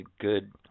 good